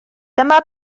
dyma